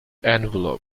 envelope